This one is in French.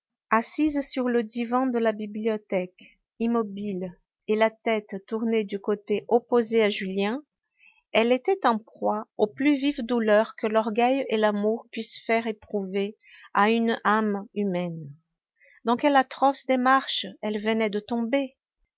assise sur le divan de la bibliothèque immobile et la tête tournée du côté opposé à julien elle était en proie aux plus vives douleurs que l'orgueil et l'amour puissent faire éprouver à une âme humaine dans quelle atroce démarche elle venait de tomber